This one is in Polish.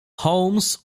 holmes